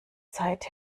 zeit